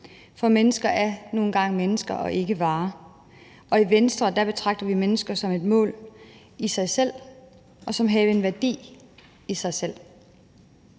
For mennesker er nu engang mennesker og ikke varer, og i Venstre betragter vi mennesker som et mål i sig selv og som havende en værdi i sig selv.